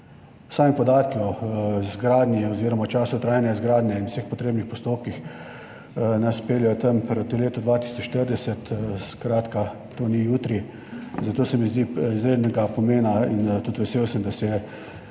Sami podatki o izgradnji oziroma času trajanja izgradnje in vseh potrebnih postopkih nas peljejo tam proti letu 2040. Skratka, to ni jutri, zato se mi zdi izrednega pomena in tudi vesel sem, da se je